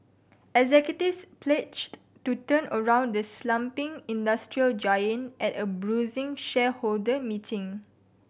executives pledged to turn around the slumping industrial giant at a bruising shareholder meeting